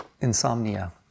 Insomnia